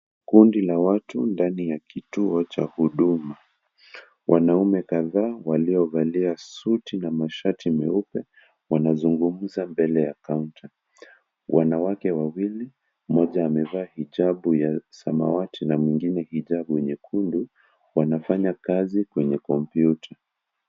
Kundi la watu ndani ya kituo cha Huduma. Wanaume kadhaa, waliovalia suti na mashati meupe. Wanazungumza mbele ya kaunta. Wanawake wawili oja amevaa hijabu ya samawati na mwingine nyekundu, wanafanya kazi kwenye komputa.